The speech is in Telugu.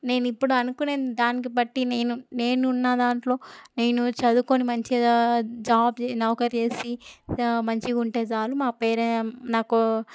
నేను ఇప్పుడు అనుకునే దానికి బట్టి నేను నేనున్న దాంట్లో నేను చదువుకొని మంచిగా జాబ్ చే నౌకర్ చేసి మంచిగా ఉంటే చాలు మా పే నాకు